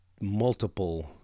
multiple